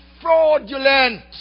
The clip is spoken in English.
fraudulent